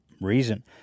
reason